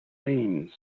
lanes